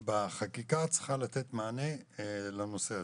ובחקיקה את צריכה לתת מענה לנושא הזה,